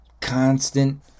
constant